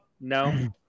no